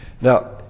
Now